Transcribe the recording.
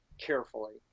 carefully